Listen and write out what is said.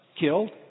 killed